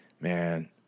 man